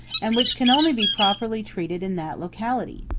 and which can only be properly treated in that locality.